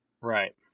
Right